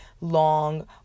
long